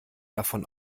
davon